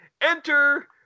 enter